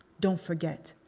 don't forget.